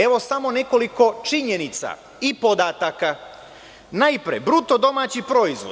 Evo, samo nekoliko činjenica i podataka, Najpre, BDP.